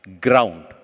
ground